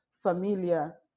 familiar